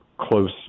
close